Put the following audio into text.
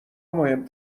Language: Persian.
مهم